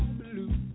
blue